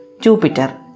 Jupiter